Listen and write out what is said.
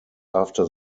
after